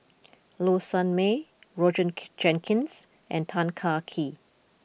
Low Sanmay Roger Jenkins and Tan Kah Kee